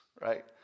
right